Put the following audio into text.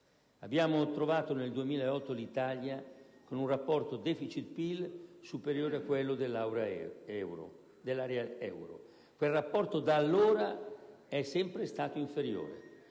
Abbiamo trovato nel 2008 l'Italia con un rapporto deficit/PIL superiore a quello dell'area euro. Quel rapporto, da allora, è sempre stato inferiore.